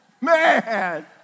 man